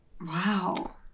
Wow